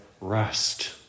rest